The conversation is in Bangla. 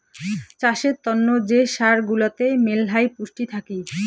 চাষের তন্ন যে সার গুলাতে মেলহাই পুষ্টি থাকি